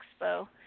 Expo